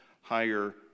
higher